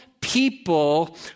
people